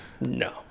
No